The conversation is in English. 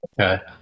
okay